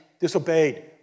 disobeyed